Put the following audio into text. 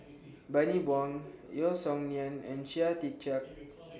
Bani Buang Yeo Song Nian and Chia Tee Chiak